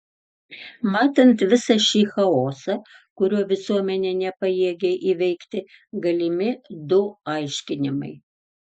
matant visą šį chaosą kurio visuomenė nepajėgia įveikti galimi du aiškinimai